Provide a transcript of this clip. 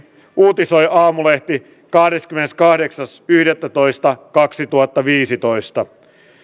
uutisoi aamulehti kahdeskymmeneskahdeksas yhdettätoista kaksituhattaviisitoista